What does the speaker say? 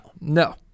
No